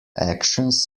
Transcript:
actions